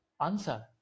answer